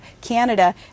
Canada